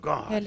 God